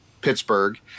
Pittsburgh